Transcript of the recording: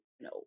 no